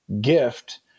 gift